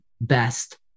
best